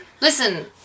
Listen